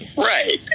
Right